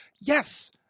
Yes